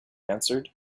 answered